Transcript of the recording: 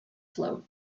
float